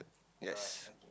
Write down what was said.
yes